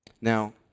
Now